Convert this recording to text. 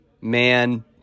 man